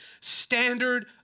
standard